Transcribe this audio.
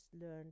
learned